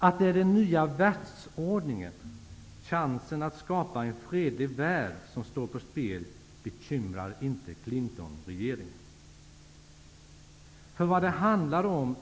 Att det är den nya världsordningen, chansen att skapa en fredlig värld, som står på spel, bekymrar inte Clintonregeringen.